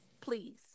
please